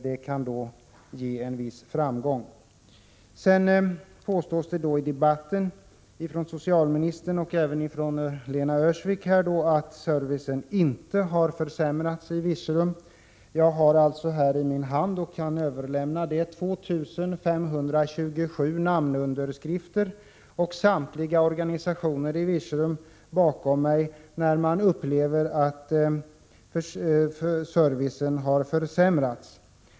Det kan då ge en viss framgång. Socialministern och även Lena Öhrsvik påstår att servicen inte har försämrats i Virserum. Jag har emellertid i min hand och kan senare överlämna en lista med 2 527 namnunderskrifter, och jag har samtliga organisationer i Virserum bakom mig när jag hävdar motsatsen: man upplever att servicen har försämrats.